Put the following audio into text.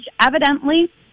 Evidently